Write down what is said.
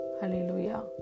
Hallelujah